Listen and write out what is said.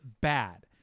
bad